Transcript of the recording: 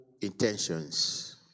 intentions